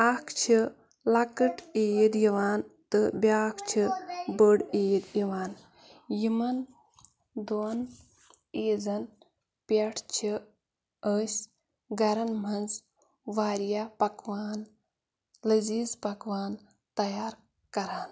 اَکھ چھِ لۅکٕٹۍ عیٖد یِوان تہٕ بیٛاکھ چھِ بٔڈ عیٖد یِوان یِمَن دۄن عیٖزَن پٮ۪ٹھ چھِ أسۍ گَرَن منٛز واریاہ پَکوان لٔزیٖز پَکوان تیار کَران